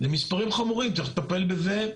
ובמספרים חמורים כאלה, צריך לטפל בזה.